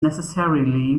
necessarily